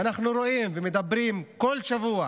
ואנחנו רואים ומדברים כל שבוע